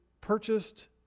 purchased